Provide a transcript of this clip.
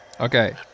Okay